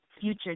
future